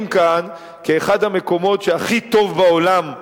כאן כאל אחד המקומות שהכי טוב בעולם,